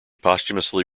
posthumously